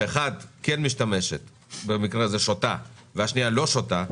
שאחת כן שותה ושנייה לא שותה,